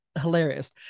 hilarious